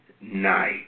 night